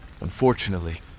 Unfortunately